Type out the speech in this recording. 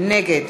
נגד